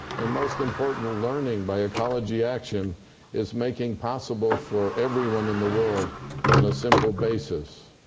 and, most important, learning by ecology action is making possible for everyone in the world on a simple basis.